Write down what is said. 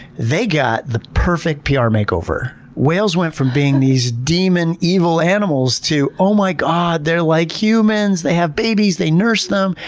they got the perfect pr makeover. whales went from being these demon, evil animals to, oh my god, they're like humans, they have babies, they nurse them,